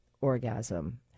orgasm